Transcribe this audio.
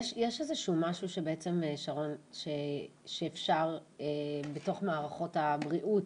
יש איזשהו משהו שבעצם אפשר בתוך מערכות הבריאות,